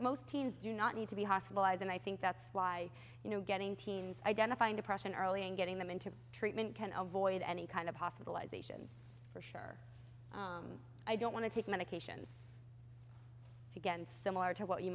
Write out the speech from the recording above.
most teens do not need to be hospitalized and i think that's why you know getting teens identifying depression early and getting them into treatment can avoid any kind of hospitalization for sure i don't want to take medications again similar to what you